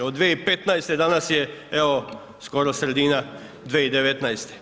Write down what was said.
Od 2015. do danas je evo skoro sredina 2019.